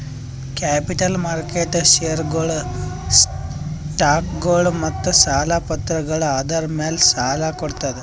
capital market ಷೇರ್ಗೊಳು, ಸ್ಟಾಕ್ಗೊಳು ಮತ್ತ್ ಸಾಲ ಪತ್ರಗಳ್ ಆಧಾರ್ ಮ್ಯಾಲ್ ಸಾಲ ಕೊಡ್ತದ್